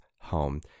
home